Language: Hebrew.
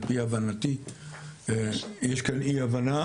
על פי הבנתי יש כאן אי הבנה,